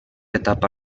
etapa